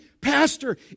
Pastor